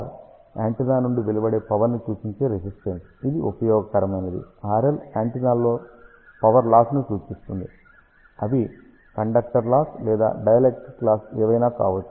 Rr antenna నుండి వెలువడే power ని సూచించే రేసిస్తేన్స్ ఇది ఉపయోగకరమైనది RL యాంటెన్నాలో పవర్ లాస్ ని సూచిస్తుంది ఆవి కండక్టర్ లాస్ లేదా డైఎలక్ట్రిక్ లాస్ ఏవైనా కావచ్చు